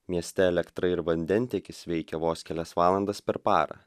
mieste elektra ir vandentiekis veikė vos kelias valandas per parą